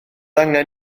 angen